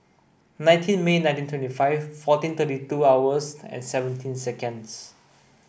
nineteen May nineteen twenty five fourteen thirty two hours and seventeen seconds